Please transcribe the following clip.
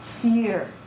Fear